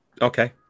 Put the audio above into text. Okay